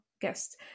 guest